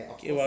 Okay